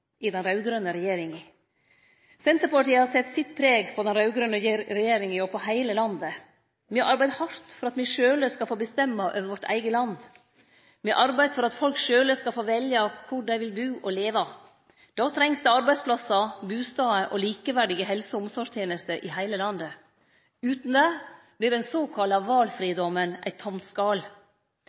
i den raud-grøne regjeringa. Senterpartiet har sett sitt preg på den raud-grøne regjeringa og på heile landet. Me har arbeidd hardt for at me sjølve skal få bestemme over vårt eige land. Me har arbeidd for at folk sjølve skal få velje kor dei vil bu og leve. Då trengst det arbeidsplassar, bustader og likeverdige helse- og omsorgstenester over heile landet. Utan det vert den såkalla valfridomen eit tomt skal.